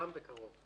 יושלם בקרוב.